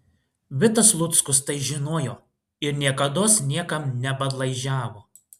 vitas luckus tai žinojo ir niekados niekam nepadlaižiavo